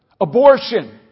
Abortion